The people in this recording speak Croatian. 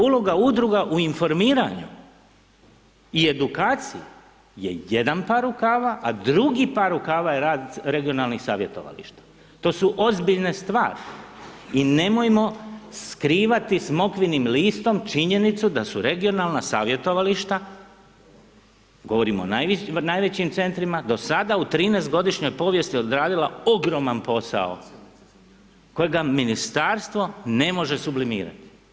Uloga udruga u informiranju i edukaciji je jedan par rukava, a drugi par rukava je rad regionalnih savjetovališta, to su ozbiljne stvari i nemojmo skrivati smokvinim listom činjenicu da su regionalna savjetovališta, govorim o najvećim centrima, do sada u 13-godišnjoj povijesti odradila ogroman posao kojega ministarstvo ne može sublimirati.